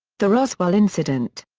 the roswell incident.